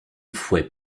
fouet